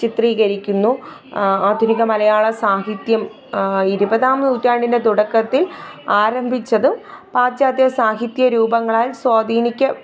ചിത്രീകരിക്കുന്നു ആധുനിക മലയാളസാഹിത്യം ഇരുപതാം നൂറ്റാണ്ടിന്റെ തുടക്കത്തിൽ ആരംഭിച്ചത് പാശ്ചാത്യ സാഹിത്യ രൂപങ്ങളെ സ്വാധീനിക്കുക